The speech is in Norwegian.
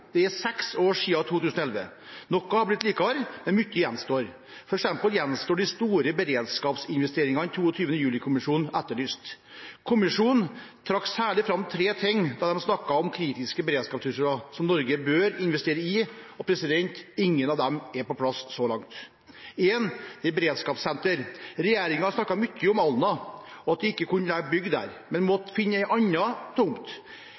Det er seks år siden 2011. Noe har blitt bedre, men mye gjenstår, f.eks. gjenstår de store beredskapsinvesteringene 22. juli-kommisjonen etterlyste. Kommisjonen trakk særlig fram tre ting da den snakket om kritiske beredskapsressurser som Norge bør investere i. Ingen av dem er på plass så langt. Beredskapssenter. Regjeringen har snakket mye om Alna, og at de ikke kunne bygge der, men måtte finne en annen tomt.